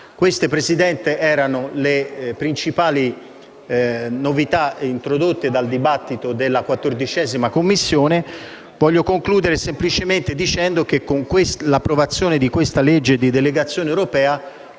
Signor Presidente, queste sono le principali novità introdotte dal dibattito della 14a Commissione. Concludo semplicemente dicendo che, con l'approvazione di questa legge di delegazione europea,